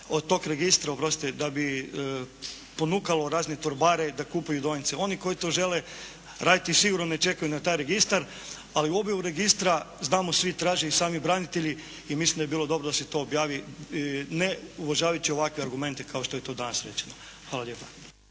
oprostite, da bi ponukalo razne torbare da kupuju dionice. Oni koji to žele raditi sigurno ne čekaju na taj registar. Ali u objavu registra znamo svi, traže i sami branitelji i mislim da bi bilo dobro da se to objavi ne uvažavajući ovakve argumente kao što je to danas rečeno. Hvala lijepa.